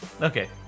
Okay